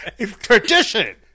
tradition